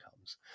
comes